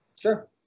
Sure